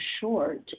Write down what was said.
short